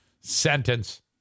sentence